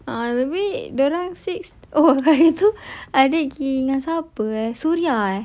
a'ah tapi dia orang six oh yang itu adik pergi dengan siapa eh suria eh